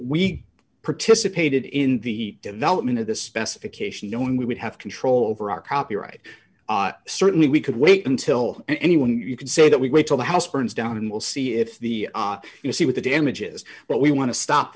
we participated in the development of the specification no one we would have control over our copyright certainly we could wait until anyone you can say that we wait till the house burns down and we'll see if the you see what the damages but we want to stop